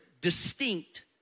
distinct